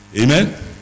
Amen